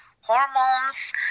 hormones